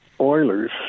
Oilers